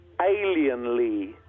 alienly